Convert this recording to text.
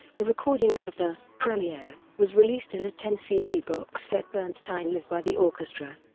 a recording of the premiere was released in a ten cd box set bernstein live by the orchestra,